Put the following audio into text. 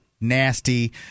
nasty